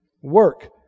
work